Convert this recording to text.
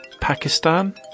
Pakistan